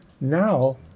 now-